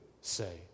say